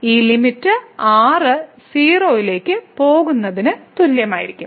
ഈ limit r 0 ലേക്ക് പോകുന്നതിന് തുല്യമായിരിക്കും